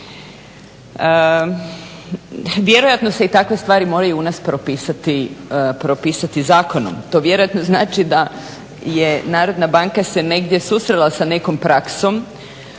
Vjerojatno se i takve stvari moraju u nas propisati zakonom. To vjerojatno znači da je Narodna banka se negdje susrela sa nekom praksom